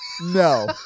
No